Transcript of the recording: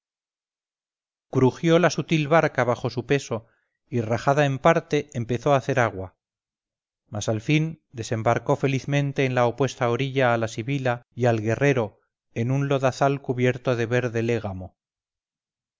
crujió la sutil barca bajo su peso y rajada en parte empezó a hacer agua mas al fin desembarcó felizmente en la opuesta orilla a la sibila y al guerrero en un lodazal cubierto de verde légamo